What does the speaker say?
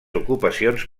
ocupacions